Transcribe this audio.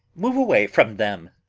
move away from them!